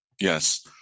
Yes